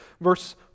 verse